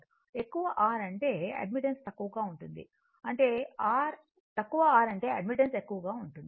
కాబట్టి ఎక్కువ R అంటే అడ్మిటెన్స్ తక్కువగా ఉంటుంది తక్కువ R అంటే అడ్మిటెన్స్ ఎక్కువగా ఉంటుంది